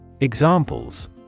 Examples